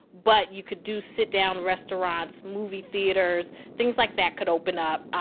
but you could do sit-down restaurants, movie theaters things like that could open up.